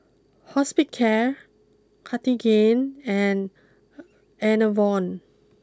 Hospicare Cartigain and Enervon